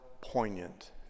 poignant